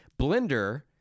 Blender